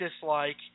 dislike